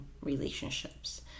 relationships